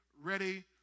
Ready